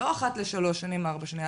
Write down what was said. לא אחת לשלוש שנים, ארבע שנים.